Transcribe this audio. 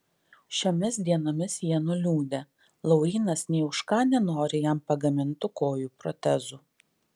šiomis dienomis jie nuliūdę laurynas nė už ką nenori jam pagamintų kojų protezų